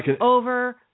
over